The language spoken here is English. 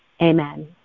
Amen